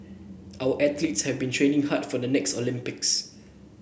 our athletes have been training hard for the next Olympics